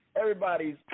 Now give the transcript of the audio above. everybody's